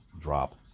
drop